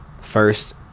first